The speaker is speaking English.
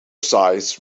size